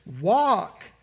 Walk